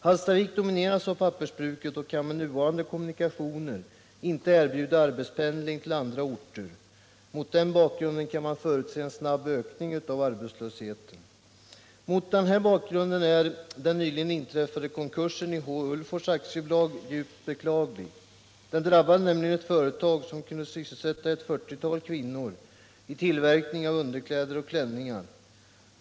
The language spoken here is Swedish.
Hallstavik domineras av pappersbruket och kan med nuvarande kommunikationer inte erbjuda arbetspendling till andra orter. En snabb ökning av arbetslösheten kan därmed förutses. Mot den bakgrunden är den nyligen inträffade konkursen i H. Ulvfors AB djupt beklaglig. Den drabbade nämligen ett företag som kunde sysselsätta ett 40-tal kvinnor i tillverkning av underkläder och klänningar.